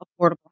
affordable